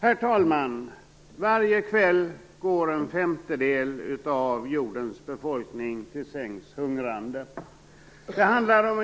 Herr talman! Varje kväll går en femtedel av jordens befolkning till sängs hungrande. Det handlar om